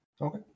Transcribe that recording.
Okay